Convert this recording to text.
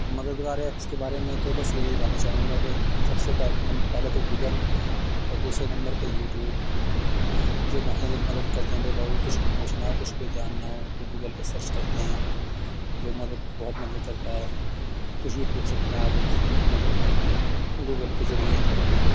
مددگار ایپس کے بارے میں تو بس یہی کہنا چاہوں گا کہ سب سے پہلے تو گوگل اور دوسرے نمبر پہ یوٹیوب جو بہت مدد کرتے ہیں لوگ آ کچھ بھی پوچھنا ہو کچھ بھی جاننا ہو تو گوگل پہ سرچ کرتے ہیں جو مدد بہت مدد کرتا ہے کچھ بھی پوچھ سکتے ہیں آپ ان سے مدد گوگل کے ذریعے